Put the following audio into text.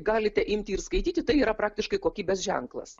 galite imti ir skaityti tai yra praktiškai kokybės ženklas